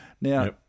Now